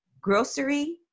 grocery